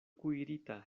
kuirita